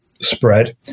spread